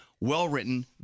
well-written